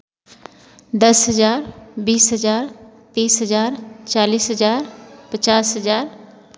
दस हज़ार बीस हज़ार तीस हज़ार चालीस हज़ार पचास हज़ार